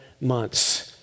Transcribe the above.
months